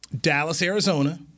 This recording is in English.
Dallas-Arizona